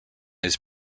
his